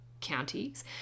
counties